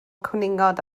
cwningod